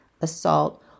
assault